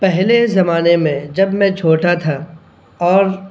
پہلے زمانے میں جب میں چھوٹا تھا اور